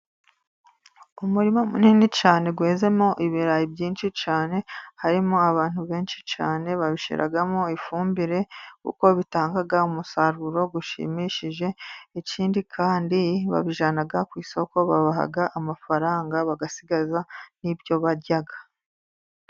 Umurima munini cyane wezemo ibirayi byinshi cyane, harimo abantu benshi cyane, babishyiramo ifumbire kuko bitanga umusaruro ushimishije. Ikindi kandi babijyana ku isoko bakabaha amafaranga, bagasigaza n'ibyo barya.